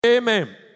Amen